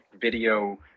video